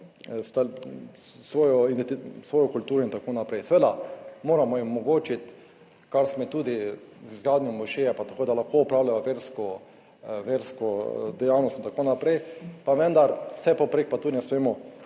zadeve kulturo in tako naprej. Seveda moramo jim omogočiti, kar smo tudi z izgradnjo mošeje, pa tako, da lahko opravljajo versko dejavnost in tako naprej, pa vendar vsepovprek pa tudi ne smemo